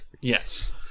Yes